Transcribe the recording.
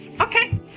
Okay